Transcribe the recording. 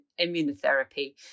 immunotherapy